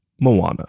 Moana